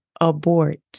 abort